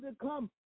come